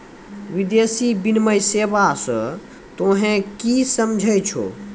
विदेशी विनिमय सेवा स तोहें कि समझै छौ